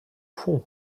fond